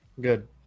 Good